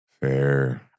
Fair